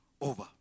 over